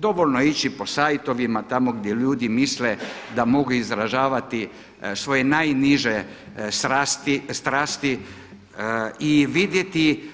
Dovoljno je ići po sajtovima gdje ljudi misle da mogu izražavati svoje najniže strasti i vidjeti